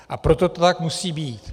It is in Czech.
A proto to tak musí být.